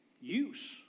use